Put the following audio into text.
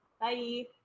Bye